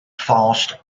fast